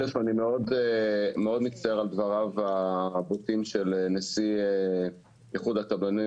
אני מצטער מאוד על דבריו הבוטים של נשיא איחוד הקבלנים.